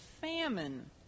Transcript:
famine